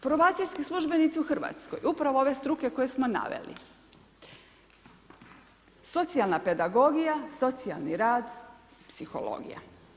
Probacijski službenici u Hrvatskoj upravo ove struke koje smo naveli, socijalna pedagogija, socijalni rad, psihologija.